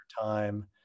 time